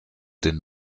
den